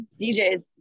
DJs